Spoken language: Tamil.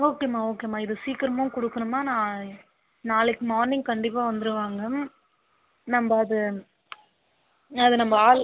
ஓகேம்மா ஓகேம்மா இது சீக்கிரமாக கொடுக்கணும்மா நான் நாளைக்கு மார்னிங் கண்டிப்பாக வந்துடுவாங்க நம்ம அது அதை நம்ம ஆள்